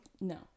No